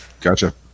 gotcha